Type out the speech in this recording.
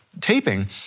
taping